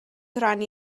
rhannu